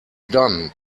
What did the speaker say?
done